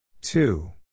Two